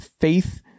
Faith